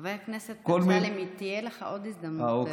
חבר הכנסת אמסלם, תהיה לך עוד הזדמנות.